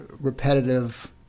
repetitive